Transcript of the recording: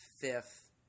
fifth